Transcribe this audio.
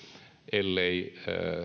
ellei